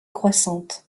croissante